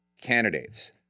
candidates